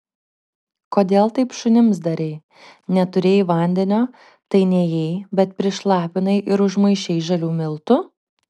kodėl taip šunims darei neturėjai vandenio tai nėjai bet prišlapinai ir užmaišei žalių miltų